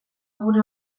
gune